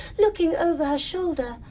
looking over her shoulder,